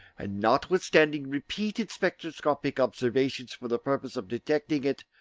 and, notwithstanding repeated spectroscopic observations for the purpose of detecting it,